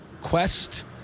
Quest